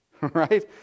right